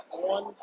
one